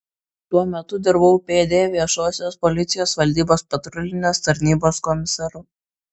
tuo metu dirbau pd viešosios policijos valdybos patrulinės tarnybos komisaru